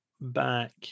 back